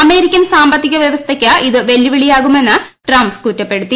American സാമ്പത്തിക വ്യവസ്ഥയ്ക്ക് ഇത് വെല്ലുവിളിയാകുമെന്ന് ട്രംപ് കുറ്റപ്പെടുത്തി